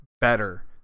better